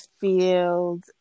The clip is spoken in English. field